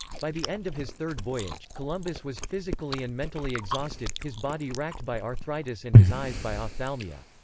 by the end of his third voyage, columbus was physically and mentally exhausted, his body wracked by arthritis and his eyes by ophthalmia.